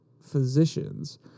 physicians